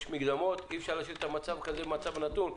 יש מקדמות, אי אפשר להשאיר את המצב הזה כמצב נתון.